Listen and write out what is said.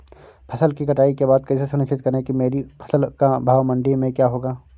फसल की कटाई के बाद कैसे सुनिश्चित करें कि मेरी फसल का भाव मंडी में क्या होगा?